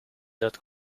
that